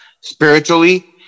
spiritually